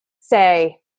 say